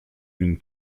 d’une